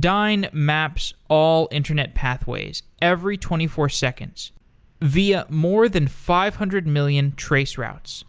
dyn maps all internet pathways every twenty four seconds via more than five hundred million traceroutes.